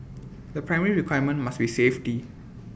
the primary requirement must be safety